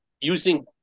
using